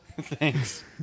thanks